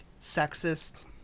sexist